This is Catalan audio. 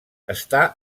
està